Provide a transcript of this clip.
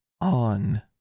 on